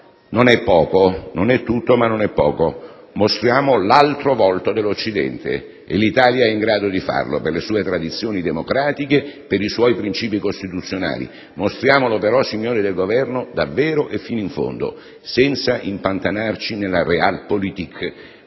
a Kabul. Non è tutto, ma non è poco. Mostriamo l'altro volto dell'Occidente. L'Italia è in grado di farlo per le sue tradizioni democratiche, per i suoi princìpi costituzionali. Mostriamolo, però, signori del Governo, davvero e fino in fondo, senza impantanarci nella *realpolitik*,